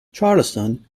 charleston